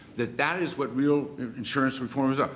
that that is what real insurance reform is ah